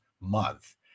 month